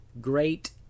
great